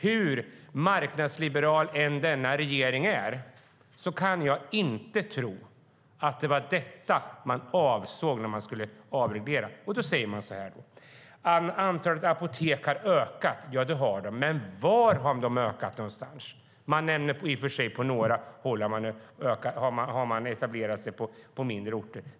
Hur marknadsliberal än denna regering är kan jag ärligt talat inte tro att detta man avsåg när man skulle avreglera. Man säger att antalet apotek har ökat. Det har de. Men var har de ökat någonstans? På några håll har de i och för sig etablerat sig på mindre orter.